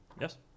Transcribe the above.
Yes